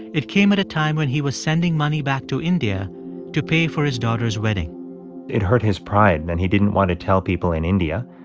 it came at a time when he was sending money back to india to pay for his daughter's wedding it hurt his pride, and he didn't want to tell people in india,